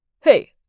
Hey